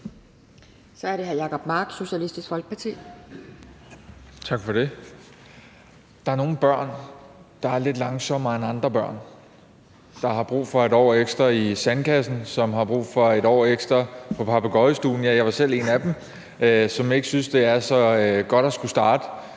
Så er det hr. Jacob Mark, Socialistisk Folkeparti. Kl. 11:15 Jacob Mark (SF): Tak for det. Der er nogle børn, der er lidt langsommere end andre børn; som har brug for et år ekstra i sandkassen; som har brug for et år ekstra på Papegøjestuen. Jeg har selv været en af dem, som ikke synes, det er så godt at skulle starte